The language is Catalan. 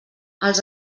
els